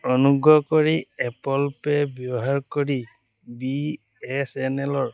অনুগ্ৰহ কৰি Apple Pay ব্যৱহাৰ কৰি বি এছ এন এলৰ